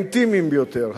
האינטימיים ביותר,